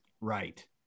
Right